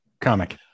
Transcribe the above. comic